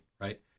right